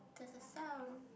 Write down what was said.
there's a sound